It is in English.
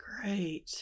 great